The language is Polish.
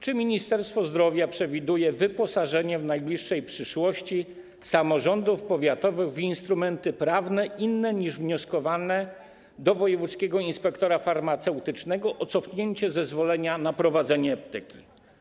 Czy Ministerstwo Zdrowia przewiduje wyposażenie w najbliższej przyszłości samorządów powiatowych w instrumenty prawne, inne niż wnioskowanie do Wojewódzkiego Inspektora Farmaceutycznego o cofnięcie zezwolenia na prowadzenie apteki?